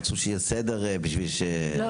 רצו שיהיה סדר בשביל --- לא,